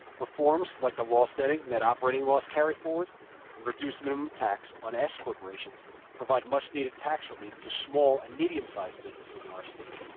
reforms like the loss netting net operating loss carry forward and reduce minimum tax on s-corporations, provide much needed tax relief to small and medium sized businesses in our state.